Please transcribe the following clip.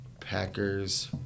packers